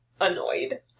annoyed